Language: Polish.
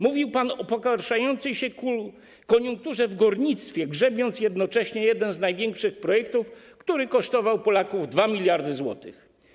Mówił pan o pogarszającej się koniunkturze w górnictwie, grzebiąc jednocześnie jeden z największych projektów, który kosztował Polaków 2 mld zł.